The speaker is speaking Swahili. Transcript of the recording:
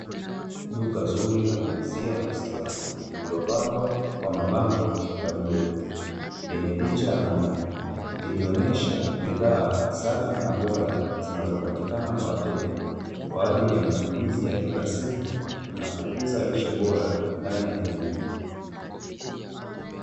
Duka zuri la kuuzia mziwa ,lililopambwa kwa mabango ya bluu yenye picha ya ngombe, likionyesha bidhaa safi na bora zinazopatikana kwa wateja kwa ajili ya matumizi ya kila siku na kukuza lishe bora ndani ya jamii.